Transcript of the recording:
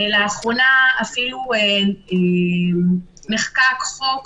לאחרונה אפילו נחקק חוק